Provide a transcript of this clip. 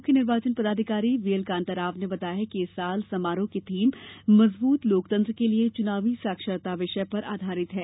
मुख्य निर्वाचन पदाधिकारी वी एल कांताराव ने बताया कि इस वर्ष समारोह की थीम मजबूत लोकतंत्र के लिये चुनावी साक्षरता विषय पर आधारित है